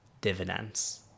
dividends